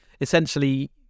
essentially